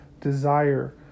desire